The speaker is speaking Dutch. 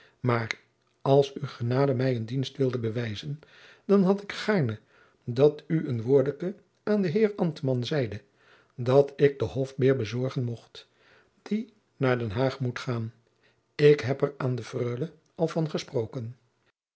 maôr als oe genade mij een dienst wilde bewijzen dan had ik gaôrne dat oe een woordeke aôn den heer ambtman zeide dat ik den hofbeer bezorgen mocht die naôr den haôg moet gaôn ik heb er aôn de freule al van esproken